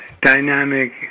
dynamic